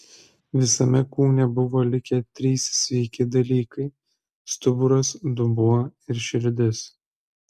visame kūne buvo likę trys sveiki dalykai stuburas dubuo ir širdis